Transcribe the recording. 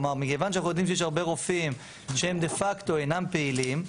כלומר מכיוון שאנחנו יודעים שיש הרבה רופאים שהם דה פקטו אינם פעילים,